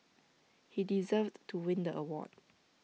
he deserved to win the award